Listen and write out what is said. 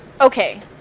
okay